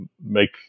make